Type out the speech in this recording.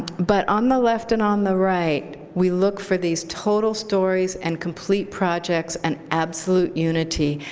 but on the left and on the right, we look for these total stories and complete projects and absolute unity,